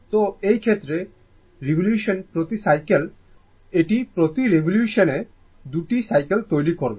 তো এই ক্ষেত্রে রিভলিউশন প্রতি সাইকেল সংখ্যা মানে এটি প্রতি রিভলিউশন 2 সাইকেল তৈরি করবে